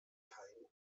kein